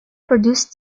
produced